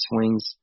Swings